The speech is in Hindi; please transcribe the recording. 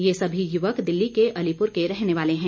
ये सभी युवक दिल्ली के अलीपुर के रहने वाले है